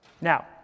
Now